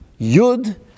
Yud